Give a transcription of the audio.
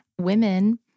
women